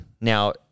Now